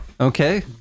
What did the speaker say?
Okay